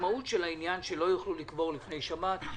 המשמעות של העניין היא שלא יכלו לקבור לפני שבת.